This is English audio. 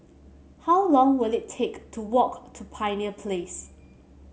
how long will it take to walk to Pioneer Place